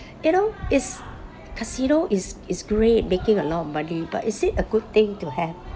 you know it's casino is is great making a lot of money but is it a good thing to have